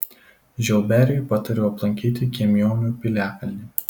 žiauberiui patariau aplankyti kiemionių piliakalnį